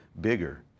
bigger